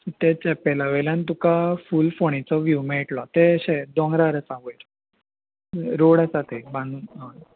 ते चॅपेला वेयल्यान तुका फूल फोणेचो व्यूव मेळटलो तेंशें दोंगरार आसा वयर रोड आसा ते बांदून हय